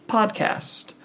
Podcast